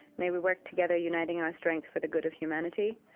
may we work together uniting our strength for the good of humanity.